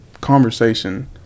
conversation